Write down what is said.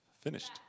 finished